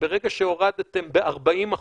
שברגע שהורדתם ב-40%,